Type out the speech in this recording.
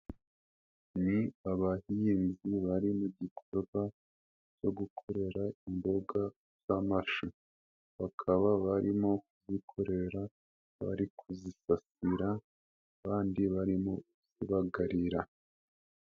Ni abahinzi bari mu gikorwa cyo gukorera imboga z'amashu, bakaba barimo kuzikorera bari kuzifsasira, abandi barimo kuzibagarira.